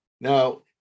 now